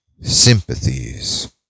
sympathies